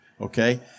okay